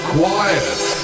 quiet